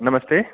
नमस्ते